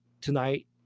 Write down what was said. tonight